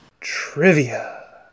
Trivia